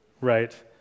right